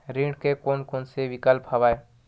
ऋण के कोन कोन से विकल्प हवय?